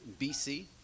BC